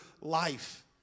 life